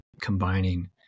combining